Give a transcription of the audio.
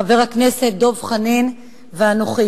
חבר הכנסת דב חנין ואנוכי.